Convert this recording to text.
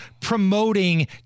promoting